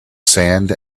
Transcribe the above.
sand